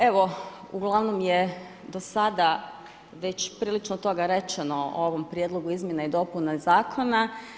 Evo, ugl. je do sada već prilično toga rečeno o ovom prijedlogu izmjene i dopune zakona.